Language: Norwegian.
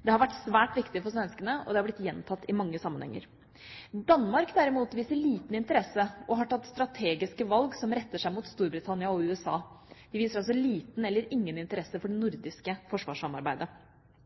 Det har vært svært viktig for svenskene, og det har blitt gjentatt i mange sammenhenger. Danmark derimot viser liten interesse og har tatt strategiske valg som retter seg mot Storbritannia og USA. De viser altså liten eller ingen interesse for det nordiske forsvarssamarbeidet.